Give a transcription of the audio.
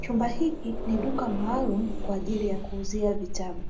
chumba hiki ni duka maalum kwa ajili ya kuuzia vitabu.